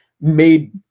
made